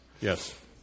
Yes